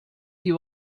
you